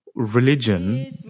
Religion